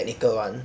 technical one